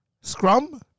Scrum